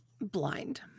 Blind